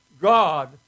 God